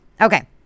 Okay